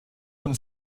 von